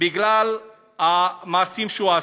בגלל המעשים שהוא עשה.